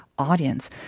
audience